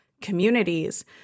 communities